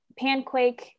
Panquake